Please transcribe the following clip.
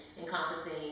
encompassing